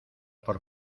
por